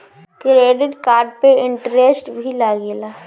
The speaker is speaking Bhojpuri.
क्रेडिट कार्ड पे इंटरेस्ट भी लागेला?